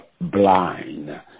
blind